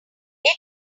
was